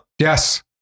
yes